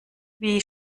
wie